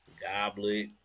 goblet